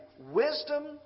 wisdom